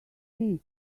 this